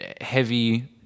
heavy